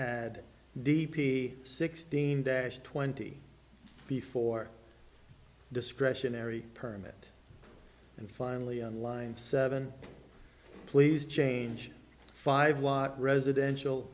add d p sixteen dash twenty before discretionary permit and finally on line seven please change five watt residential